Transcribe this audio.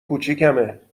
کوچیکمه